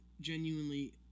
genuinely